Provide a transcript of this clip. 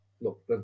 look